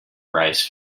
rice